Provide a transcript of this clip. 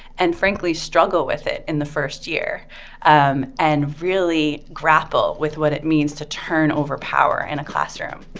and frankly, struggle with it in the first year um and really grapple with what it means to turn over power in a classroom.